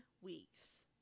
weeks